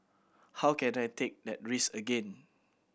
how can I take that risk again